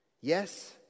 Yes